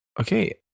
Okay